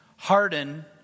Harden